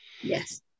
Yes